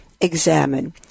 examine